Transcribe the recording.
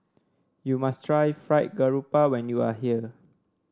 you must try Fried Garoupa when you are here